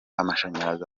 amashanyarazi